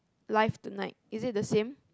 live tonight is it the same